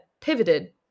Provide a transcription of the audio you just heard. pivoted